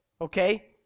Okay